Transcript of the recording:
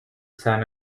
son